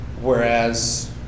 whereas